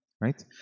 right